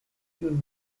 you